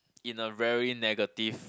in a very negative